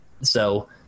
So-